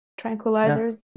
tranquilizers